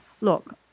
look